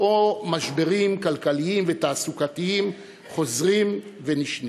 או משברים כלכליים ותעסוקתיים חוזרים ונשנים.